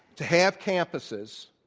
to have campuses